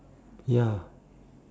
ya